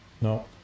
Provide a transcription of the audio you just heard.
No